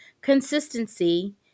consistency